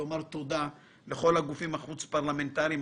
ולומר תודה לכל הגופים החוץ פרלמנטרים,